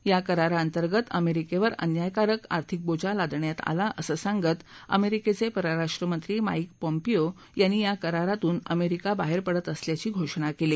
या कराराअंतर्गत अमेरिकेवर अन्यायकारक आर्थिक बोजा लादण्यात आला असं सांगत अमेरिकेचे परराष्ट्र मंत्री माइक पॉम्पीओ यांनी या करारातुन अमेरिका बाहेर पडत असल्याची घोषणा केली